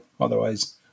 otherwise